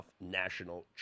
national